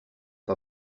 pas